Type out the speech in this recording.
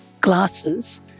glasses